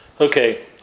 Okay